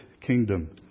kingdom